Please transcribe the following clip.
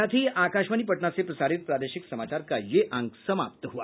इसके साथ ही आकाशवाणी पटना से प्रसारित प्रादेशिक समाचार का ये अंक समाप्त हुआ